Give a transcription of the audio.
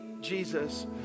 Jesus